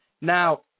Now